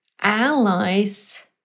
Allies